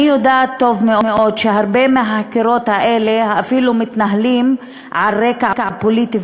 אני יודעת טוב מאוד שהרבה מהחקירות האלה אפילו מתנהלות על רקע פוליטי,